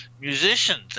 musicians